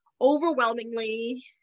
overwhelmingly